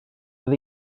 oedd